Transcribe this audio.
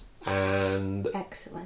Excellent